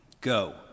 go